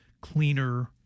cleaner